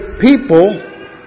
people